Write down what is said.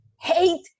hate